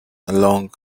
along